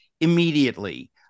immediately